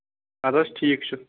اَدٕ حظ ٹھیٖک چھُ